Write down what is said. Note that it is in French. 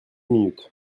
minutes